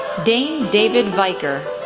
dane david viker,